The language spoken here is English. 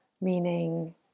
Meaning